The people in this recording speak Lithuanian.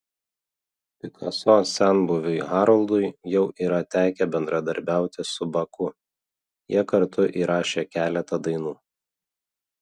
pikaso senbuviui haroldui jau yra tekę bendradarbiauti su baku jie kartu įrašė keletą dainų